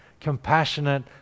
compassionate